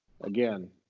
again